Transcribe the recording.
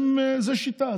זו שיטה.